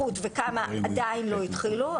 כמה התחילו התמחות וכמה עדיין לא התחילו,